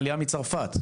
עלייה מצרפת.